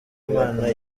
imana